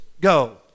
go